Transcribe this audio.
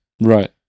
Right